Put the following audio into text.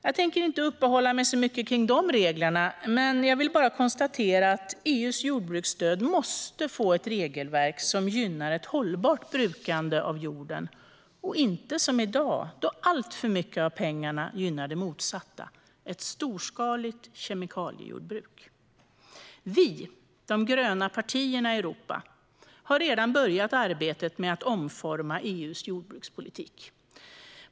Jag tänker inte uppehålla mig så mycket kring de reglerna utan bara konstatera att EU:s jordbruksstöd måste få ett regelverk som gynnar ett hållbart brukande av jorden och inte som i dag då alltför mycket av pengarna går till att gynna det motsatta - ett storskaligt kemikaliejordbruk. Vi, de gröna partierna i Europa, har redan börjat arbetet med att omforma EU:s jordbrukspolitik.